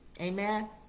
Amen